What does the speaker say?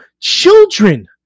children